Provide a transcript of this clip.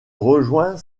rejoint